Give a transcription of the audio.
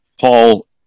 Paul